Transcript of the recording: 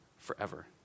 Forever